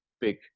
big